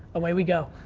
away we go,